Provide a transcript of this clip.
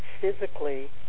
physically